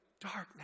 Darkness